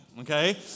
okay